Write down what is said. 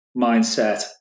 mindset